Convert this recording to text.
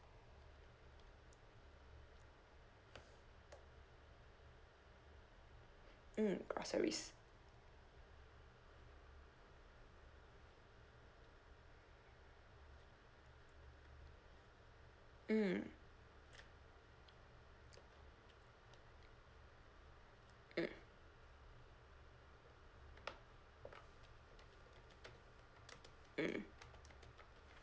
mm groceries mm mm mm